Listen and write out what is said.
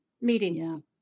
meeting